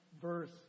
verse